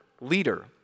leader